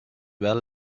well